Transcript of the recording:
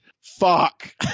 fuck